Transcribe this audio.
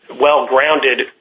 well-grounded